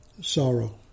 sorrow